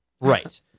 Right